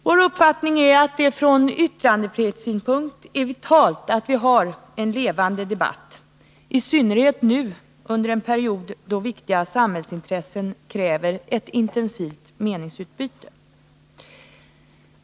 Vår uppfattning är att det från yttrandefrihetssynpunkt är vitalt att vi har en levande debatt, i synnerhet under en period då viktiga samhällsintressen kräver ett intensivt meningsutbyte.